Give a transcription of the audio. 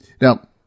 Now